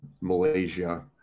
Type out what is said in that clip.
malaysia